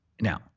Now